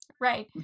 Right